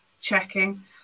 checking